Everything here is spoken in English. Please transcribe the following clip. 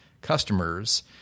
customers